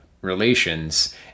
relations